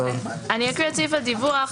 אני אקרא את סעיף הדיווח.